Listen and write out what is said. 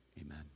Amen